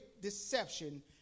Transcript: deception